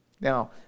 Now